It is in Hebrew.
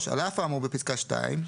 (3) "על אף האמור בפסקה (2),